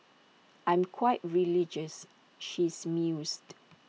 I'm quite religious she's mused